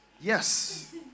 Yes